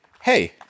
hey